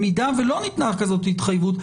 אם לא ניתנה התחייבות כזאת,